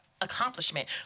accomplishment